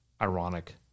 ironic